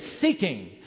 Seeking